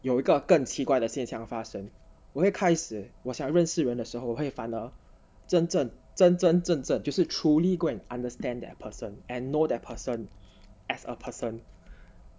有一个更奇怪的现象发生我会开始我想认识人的时候我会反而真正真正真正就是 truly go and understand their person and know that person as a person